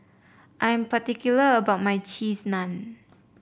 I am particular about my Cheese Naan